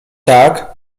tak